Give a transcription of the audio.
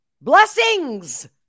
Blessings